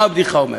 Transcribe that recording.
מה הבדיחה אומרת?